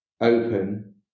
open